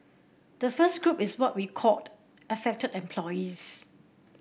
the first group is what we called affected employees